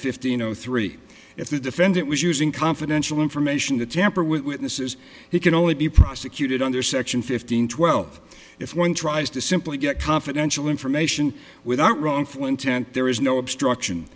zero three if the defendant was using confidential information to tamper with witnesses he can only be prosecuted under section fifteen twelve if one tries to simply get confidential information without wrongful intent there is no obstruction